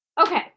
okay